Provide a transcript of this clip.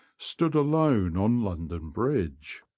stood alone on london bridge.